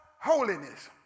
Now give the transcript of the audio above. holiness